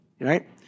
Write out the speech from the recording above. Right